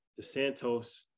DeSantos